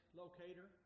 locator